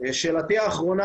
שאלתי האחרונה.